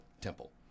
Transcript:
temple